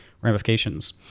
ramifications